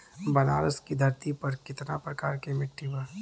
बनारस की धरती पर कितना प्रकार के मिट्टी बा?